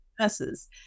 nurses